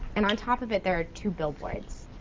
and on top of it there are two billboards.